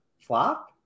Flop